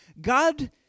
God